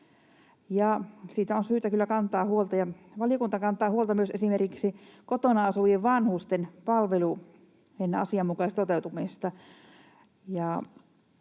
siitä on syytä kyllä kantaa huolta. Valiokunta kantaa huolta myös esimerkiksi kotona asuvien vanhusten palvelujen asianmukaisesta toteutumisesta.